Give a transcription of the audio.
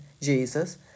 Jesus